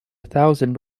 thousand